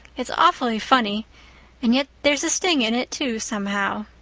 it's awfully funny and yet there's a sting in it, too, somehow.